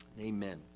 Amen